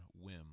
whim